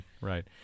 right